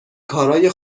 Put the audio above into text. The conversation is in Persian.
کارای